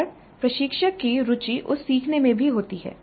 और प्रशिक्षक की रुचि उस सीखने में भी होती है